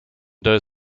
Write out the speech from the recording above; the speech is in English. doe